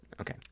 Okay